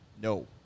no